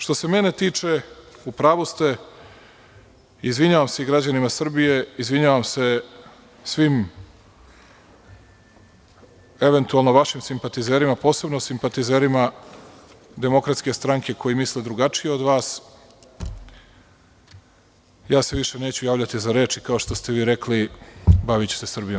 Što se mene tiče, u pravu ste, izvinjavam se građanima Srbije, izvinjavam se svim eventualno vašim simpatizerima, posebno simpatizerima DS koji misle drugačije od vas, više se neću javljati za reč, kao što ste vi rekli, baviću se Srbijom.